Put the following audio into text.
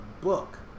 book